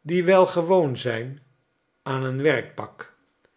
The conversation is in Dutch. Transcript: die wel gewoon zijn aan een werkpak en